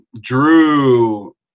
Drew